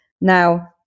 Now